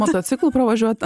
motociklu pravažiuot